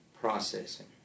processing